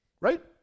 right